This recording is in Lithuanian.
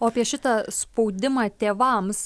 o apie šitą spaudimą tėvams